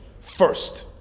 first